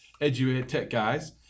edutechguys